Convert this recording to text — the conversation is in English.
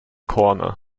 corner